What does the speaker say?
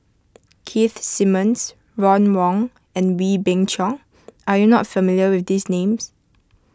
Keith Simmons Ron Wong and Wee Beng Chong are you not familiar with these names